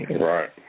Right